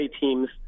teams